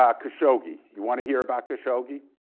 um khashoggi, you want to hear about khashoggi?